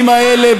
והדברים האלה,